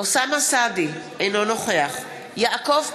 אוסאמה סעדי, אינו נוכח יעקב פרי,